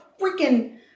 freaking